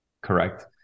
Correct